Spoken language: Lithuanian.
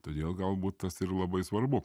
todėl galbūt tas ir labai svarbu